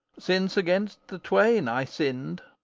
since against the twain i sinned,